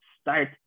Start